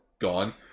Gone